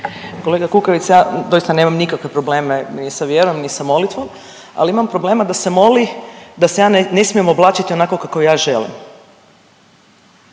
Kolega Kukavica doista nemam nikakve probleme ni sa vjerom, ni sa molitvom, ali imam problema da se moli da se ja ne smijem oblačiti onako kako ja želim.